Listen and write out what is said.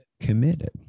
committed